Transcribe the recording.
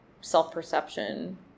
self-perception